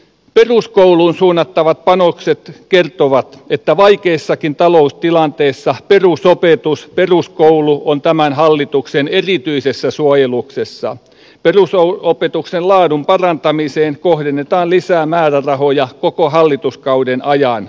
peruskouluun suunnattavat panokset kertovat että vaikeissakin taloustilanteissa perusopetus peruskoulu on tämän hallituksen erityisessä suojeluksessa perusoui opetuksen laadun parantamiseen kohdennetaan lisää määrärahoja koko hallituskauden ajan